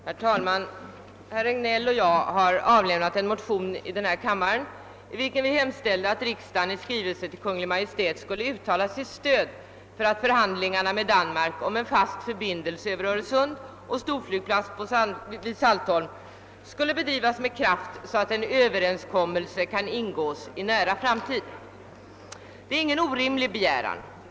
Herr talman! Herr Regnéll och jag har avlämnat en motion i denna kammare, i vilken vi hemställer att riksdagen i skrivelse till Kungl. Maj:t måtte uttala sitt stöd för att förhandlingarna med Danmark om en fast förbindelse över Öresund och en storflygplats vid Saltholm skall bedrivas med kraft, så att en överenskommelse kan ingås i en nära framtid. Det är ingen orimlig begäran.